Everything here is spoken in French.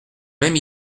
même